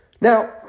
Now